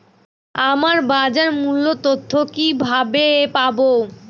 আমরা বাজার মূল্য তথ্য কিবাবে পাবো?